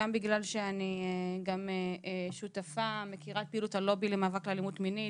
אם חס וחלילה נאנסת אישה או מישהו נפגע מינית,